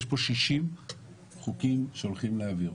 יש פה 60 חוקים שהולכים להעביר.